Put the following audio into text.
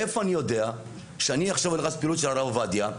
איפה אני יודע שאני עכשיו נכנס לפעילות של הרב עובדיה,